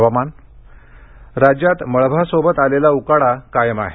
हवामान राज्यात मळभासोबत आलेला उकाडा कायम आहे